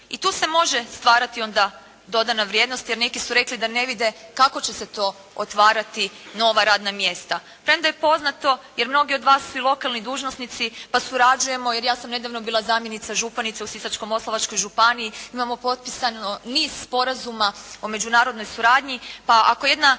i tu se može stvarati onda dodana vrijednost jer neki su rekli da ne vide kako će se to otvarati nova radna mjesta, premda je poznato jer mnogi od vas su i lokalni dužnosnici, pa surađujemo, jer ja sam nedavno bila zamjenica županice u Sisačko-moslavačkoj županiji, imamo potpisano niz sporazuma o međunarodnoj suradnji. Pa ako jedna